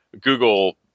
Google